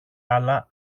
άλλα